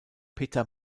peter